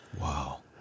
Wow